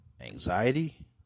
anxiety